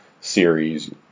series